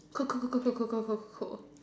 cool cool cool cool cool cool